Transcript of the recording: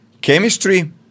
chemistry